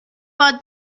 bored